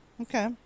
Okay